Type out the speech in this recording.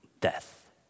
death